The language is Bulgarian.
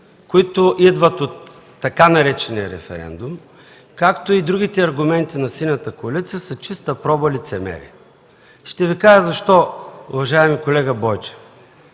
които идват от така наречения „референдум”, както и другите аргументи на Синята коалиция са чиста проба лицемерие. Ще Ви кажа защо, уважаеми колега Бойчев.